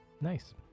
nice